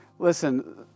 Listen